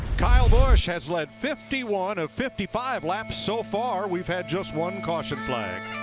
kyle busch has led fifty one of fifty five laps so far. we've had just one caution flag.